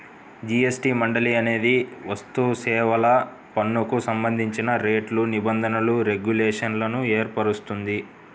GST మండలి అనేది వస్తుసేవల పన్నుకు సంబంధించిన రేట్లు, నిబంధనలు, రెగ్యులేషన్లను ఏర్పరుస్తుంది